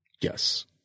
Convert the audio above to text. yes